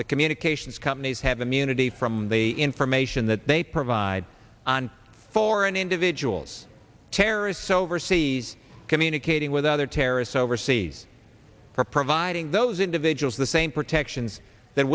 the communications companies have immunity from the information that they provide on foreign individuals terrorists overseas communicating with other terrorists overseas for providing those individuals the same protections that